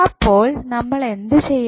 അപ്പോൾ നമ്മൾ എന്ത് ചെയ്യണം